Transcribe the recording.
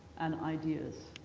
and ideas,